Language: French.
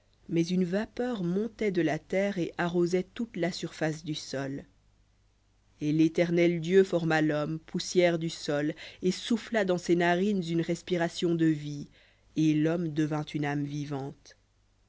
mais une vapeur montait de la terre et arrosait toute la surface du sol et l'éternel dieu forma l'homme poussière du sol et souffla dans ses narines une respiration de vie et l'homme devint une âme vivante